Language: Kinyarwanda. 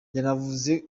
yanavuze